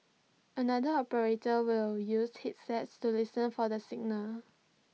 another operator will use headsets to listen for the signal